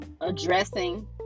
addressing